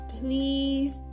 please